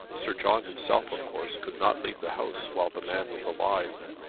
sir john himself of course could not leave the house while the man was alive.